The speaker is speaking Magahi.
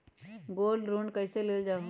गोल्ड लोन कईसे लेल जाहु?